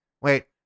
Wait